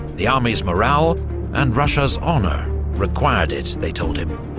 the army's morale and russia's honour required it, they told him.